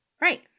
Right